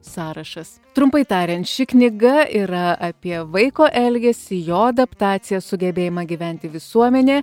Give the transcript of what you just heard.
sąrašas trumpai tariant ši knyga yra apie vaiko elgesį jo adaptaciją sugebėjimą gyventi visuomenė